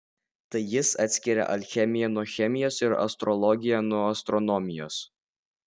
tai jis atskiria alchemiją nuo chemijos ir astrologiją nuo astronomijos